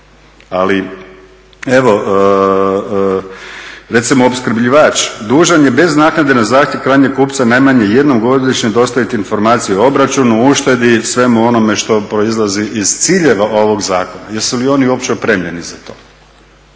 Ali evo recimo opskrbljivač dužan je bez naknade na zahtjev krajnjeg kupca najmanje jednom godišnje dostaviti informacije o obračunu, uštedi i svemu onome što proizlazi iz ciljeva ovog zakona. Jesu li oni uopće opremljeni za to